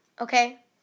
Okay